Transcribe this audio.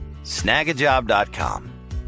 snagajob.com